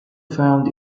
found